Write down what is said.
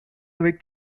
awake